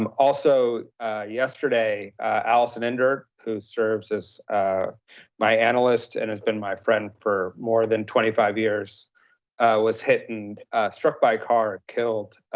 um also yesterday allison endert who serves as my analyst and has been my friend for more than twenty five years was hit and struck by a car, killed